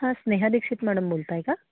हां स्नेहा दीक्षित मॅडम बोलताय का